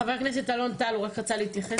חבר הכנסת אלון טל הוא רק רצה להתייחס.